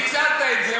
ניצלת את זה,